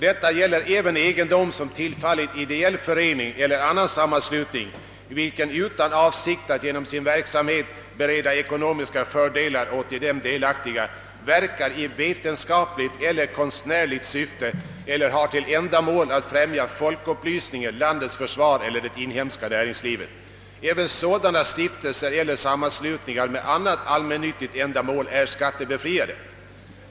Detta gäller även egendom, som tillfallit ideell förening eller annan sammanslutning, vilken utan avsikt att genom sin verksamhet bereda ekonomiska fördelar åt i dem delaktiga, verkar i vetenskapligt eller konstnärligt syfte eller har till ändamål att främja folkupplysningen, landets försvar eller det inhemska näringslivet. även sådana stiftelser eller sammanslutningar med annat allmängiltigt ändamål är skattebefriade.